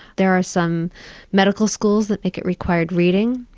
there are some medical schools that make it required reading.